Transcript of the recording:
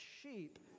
sheep